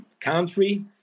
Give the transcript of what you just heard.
country